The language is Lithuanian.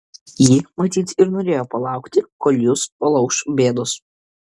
ji matyt ir norėjo palaukti kol jus palauš bėdos